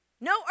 no